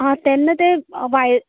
आं तेन्ना तें वाय्